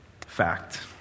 fact